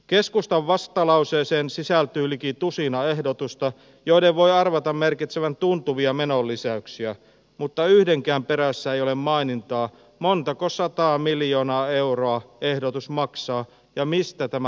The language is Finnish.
keskustan vastalauseeseen sisältyy liki tusina ehdotusta joiden voi arvata merkitsevän tuntuvia menonlisäyksiä mutta yhdenkään perässä ei ole mainintaa montako sataa miljoonaa euroa ehdotus maksaa ja mistä tämä rahoitus tulee